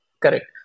Correct